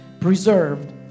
preserved